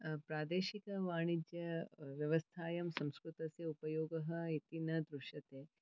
प्रादेशिकवाणिज्यव्यवस्थायां संस्कृतस्य उपयोगः इति न दृश्यते